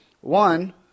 One